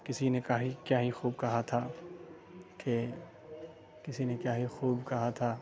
کسی نے کا ہی کیا ہی خوب کہا تھا کہ کسی نے کیا ہی خوب کہا تھا